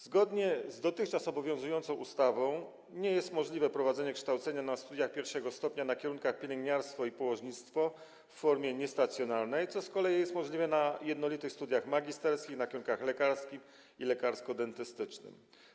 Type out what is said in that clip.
Zgodnie z dotychczas obowiązującą ustawą nie jest możliwe prowadzenie kształcenia na studiach pierwszego stopnia na kierunkach: pielęgniarstwo i położnictwo w formie niestacjonarnej, co z kolei jest możliwe na jednolitych studiach magisterskich na kierunkach lekarskim i lekarsko-dentystycznym.